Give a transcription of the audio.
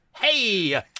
Hey